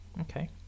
okay